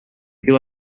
would